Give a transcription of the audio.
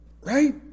Right